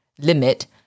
limit